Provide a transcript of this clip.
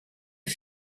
est